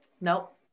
Nope